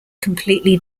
completely